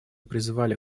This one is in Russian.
призывали